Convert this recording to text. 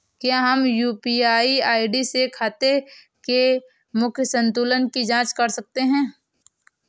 क्या हम UPI ID से खाते के मूख्य संतुलन की जाँच कर सकते हैं?